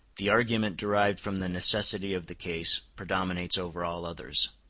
the argument derived from the necessity of the case predominates over all others.